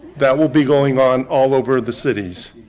that will be going on all over the cities.